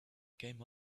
came